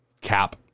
Cap